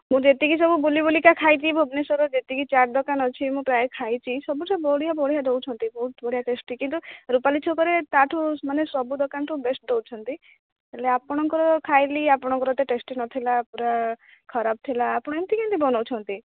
ମୁଁ ଯେତିକି ସବୁ ବୁଲିବୁଲି କା ଖାଇଛି ଭୁବନେଶ୍ୱର ଯେତିକି ଚାଟ୍ ଦୋକାନ ଅଛି ମୁଁ ପ୍ରାୟ ଖାଇଛି ସବୁ ସେ ବଢ଼ିଆ ବଢ଼ିଆ ଦେଉଛନ୍ତି ବହୁତ ବଢ଼ିଆ ଟେଷ୍ଟି କିନ୍ତୁ ରୁପାଲି ଛକରେ ତାଠୁ ମାନେ ସବୁ ଦୋକାନଠୁ ବେଷ୍ଟ ଦେଉଛନ୍ତି ହେଲେ ଆପଣଙ୍କର ଖାଇଲି ଆପଣଙ୍କର ଏତେ ଟେଷ୍ଟି ନଥିଲା ପୁରା ଖରାପ ଥିଲା ଏମିତି କେମିତି ବନାଉଛନ୍ତି